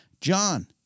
John